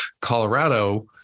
Colorado